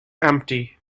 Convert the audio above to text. empty